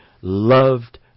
loved